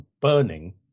burning